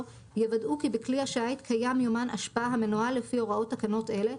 יוודאו כי בכלי השיט קיים יומן אשפה המנוהל לפי הוראות תקנות אלה,